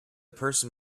person